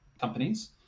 companies